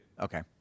Okay